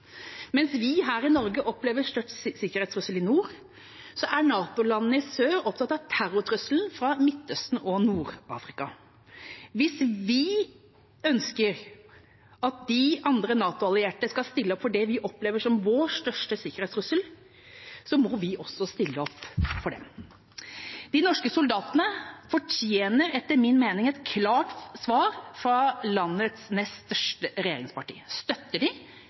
Mens vi her i Norge opplever størst sikkerhetstrussel i nord, er NATO-landene i sør opptatt av terrortrusselen fra Midtøsten og Nord-Afrika. Hvis vi ønsker at de andre NATO-allierte skal stille opp for det vi opplever som vår største sikkerhetstrussel, må vi også stille opp for dem. De norske soldatene fortjener etter min mening et klart svar fra landets nest største regjeringsparti: Støtter de